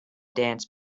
dance